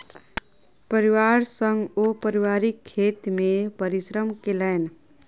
परिवार संग ओ पारिवारिक खेत मे परिश्रम केलैन